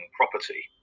property